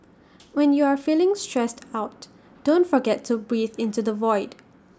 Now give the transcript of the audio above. when you are feeling stressed out don't forget to breathe into the void